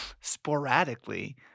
sporadically